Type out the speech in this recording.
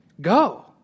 Go